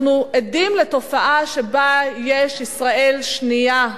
אנחנו עדים לתופעה שבה יש ישראל שנייה,